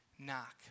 knock